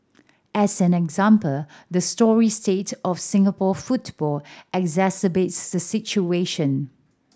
as an example the story state of Singapore football exacerbates the situation